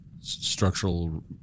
structural